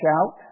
shout